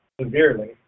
severely